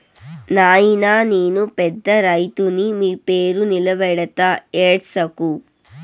నాయినా నేను పెద్ద రైతుని మీ పేరు నిలబెడతా ఏడ్సకు